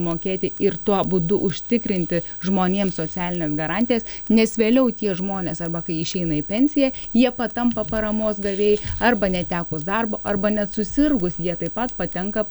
mokėti ir tuo būdu užtikrinti žmonėms socialines garantijas nes vėliau tie žmonės arba kai išeina į pensiją jie tampa paramos gavėjai arba netekus darbo arba net susirgus jie taip pat patenka po